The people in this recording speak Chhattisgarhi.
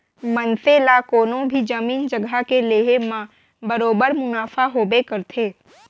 मनसे ला कोनों भी जमीन जघा के लेहे म बरोबर मुनाफा होबे करथे